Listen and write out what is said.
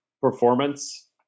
performance